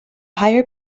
higher